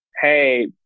hey